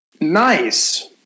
Nice